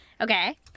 Okay